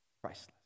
priceless